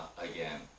again